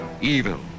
evil